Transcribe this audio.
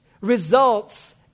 Results